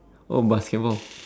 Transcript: oh basketball